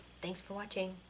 thanks for watching!